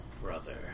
brother